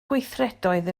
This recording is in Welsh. gweithredoedd